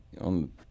on